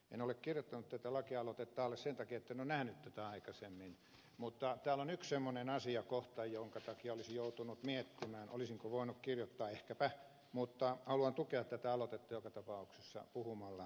en ole allekirjoittanut tätä lakialoitetta sen takia että en ole nähnyt tätä aikaisemmin mutta täällä on yksi semmoinen asiakohta jonka takia olisin joutunut miettimään olisinko voinut kirjoittaa ehkäpä mutta haluan tukea tätä aloitetta joka tapauksessa puhumalla tästä